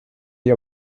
die